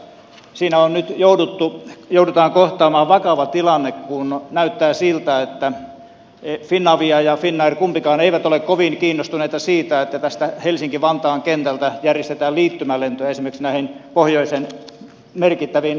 siinä joudutaan nyt kohtaamaan vakava tilanne kun näyttää siltä että finavia ja finnair kumpikaan eivät ole kovin kiinnostuneita siitä että täältä helsinki vantaan kentältä järjestetään liittymälento esimerkiksi näihin pohjoisen merkittäviin matkailukeskuksiin